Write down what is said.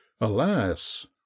alas